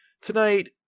Tonight